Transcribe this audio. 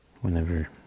Whenever